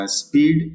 speed